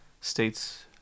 states